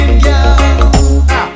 girl